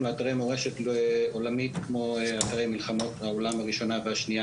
לאתרי מורשת עולמית כמו אתרי מלחמות העולם הראשונה והשנייה